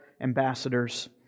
ambassadors